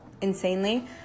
insanely